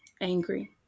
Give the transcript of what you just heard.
angry